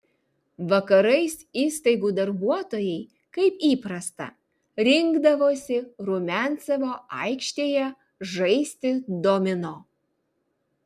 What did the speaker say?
vakarais įstaigų darbuotojai kaip įprasta rinkdavosi rumiancevo aikštėje žaisti domino